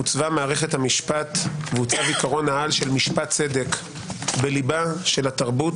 הוצבה מערכת המשפט והוצב עיקרון העל של משפט צדק בליבה של התרבות,